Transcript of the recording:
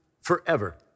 forever